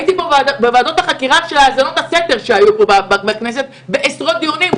הייתי בוועדות החקירה של האזנות הסתר שהיו פה בכנסת בעשרות דיונים.